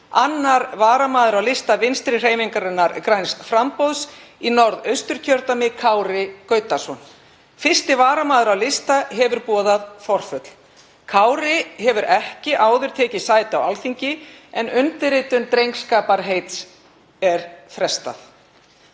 2. varamaður á lista Vinstrihreyfingarinnar – græns framboðs í Norðausturkjördæmi, Kári Gautason. 1. varamaður á lista hefur boðað forföll. Kári hefur ekki áður tekið sæti á Alþingi en undirritun drengskaparheits er frestað.